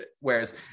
whereas